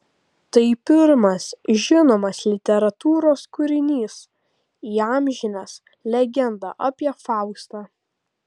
tai pirmas žinomas literatūros kūrinys įamžinęs legendą apie faustą